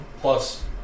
plus